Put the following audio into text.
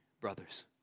brothers